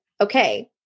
okay